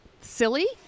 silly